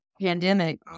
pandemic